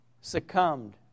succumbed